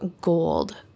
gold